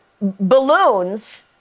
balloons